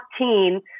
14